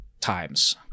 times